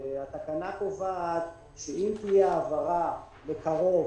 התקנה קובעת שאם תהיה העברה לקרוב,